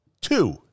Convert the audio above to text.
Two